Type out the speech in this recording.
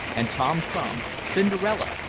and tom thumb, cinderella,